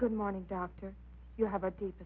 good morning doctor you have a deep